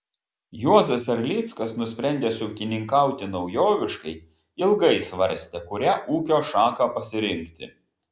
juozas erlickas nusprendęs ūkininkauti naujoviškai ilgai svarstė kurią ūkio šaką pasirinkti